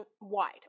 wide